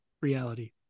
reality